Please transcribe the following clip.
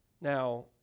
Now